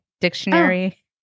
dictionary